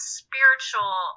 spiritual